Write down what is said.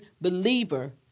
believer